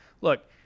look